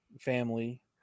family